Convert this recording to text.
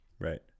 Right